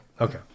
okay